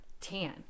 tan